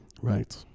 Right